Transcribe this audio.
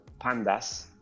Pandas